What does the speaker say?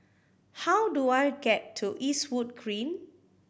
how do I get to Eastwood Green